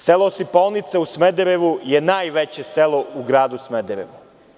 Selo Osipaonica u Smederevu je najveće selo u gradu Smederevu.